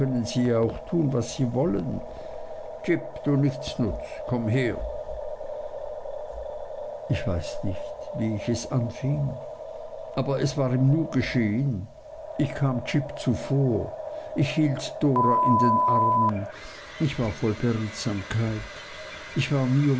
sie ja auch tun was sie wollen jip du nichtsnutz komm her ich weiß nicht wie ich es anfing aber es war im nu geschehen ich kam jip zuvor ich hielt dora in den armen ich war voll beredsamkeit ich war nie